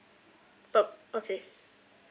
but okay